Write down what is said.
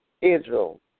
Israel